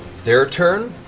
their turn.